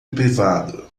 privado